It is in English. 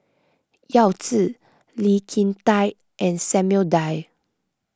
Yao Zi Lee Kin Tat and Samuel Dyer